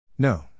No